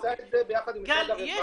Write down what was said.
ועושה את זה ביחד עם משרד הרווחה